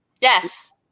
Yes